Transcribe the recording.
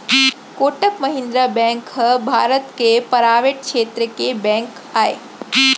Kotak Mahindra bank ह भारत के private छेत्र के बेंक आय